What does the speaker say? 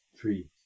Three